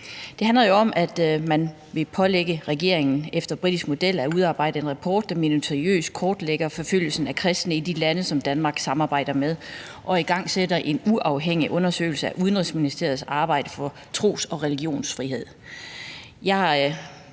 Det handler jo om, at man vil pålægge regeringen at udarbejde en rapport, der – efter britisk model – minutiøst kortlægger forfølgelsen af kristne i de lande, som Danmark samarbejder med, og igangsætter en uafhængig undersøgelse af Udenrigsministeriets arbejde for tros- og religionsfrihed.